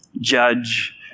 Judge